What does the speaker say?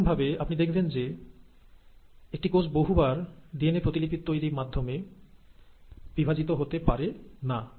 একই রকম ভাবে আপনি দেখবেন যে একটি কোষ বহুবার ডিএনএ প্রতিলিপি তৈরি মাধ্যমে বিভাজিত হতে পারে না